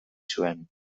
zuen